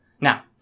Now